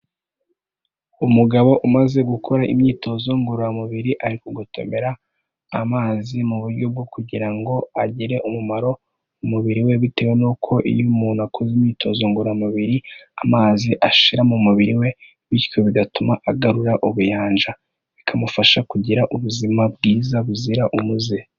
Umugabo umaze gukora imyitozo ngororamubiri ari kugotomera amazi, mu buryo bwo kugira ngo agire umumaro mu mubiri we, bitewe n'uko iyo umuntu akoze imyitozo ngororamubiri amazi ashira mu mubiri we, bityo bigatuma agarura ubuyanja. Bikamufasha kugira ubuzima bwiza buzira umuze.